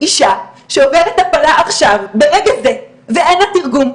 אישה שעוברת הפלה עכשיו, ברגע זה, ואין לה תרגום.